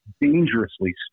dangerously